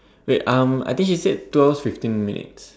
wait um I think she said two hours fifteen minutes